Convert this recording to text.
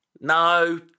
No